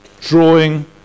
drawing